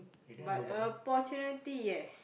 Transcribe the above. but opportunity yes